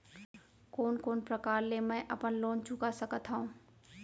कोन कोन प्रकार ले मैं अपन लोन चुका सकत हँव?